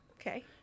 Okay